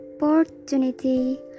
opportunity